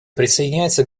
присоединяется